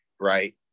right